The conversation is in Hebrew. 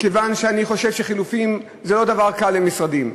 מכיוון שאני חושב שחילופים זה לא דבר קל למשרדים.